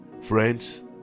friends